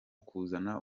kuzana